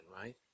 right